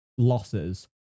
losses